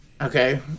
okay